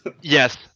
Yes